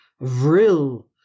vril